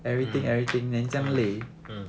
mm mm mm